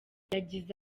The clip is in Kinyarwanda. yagize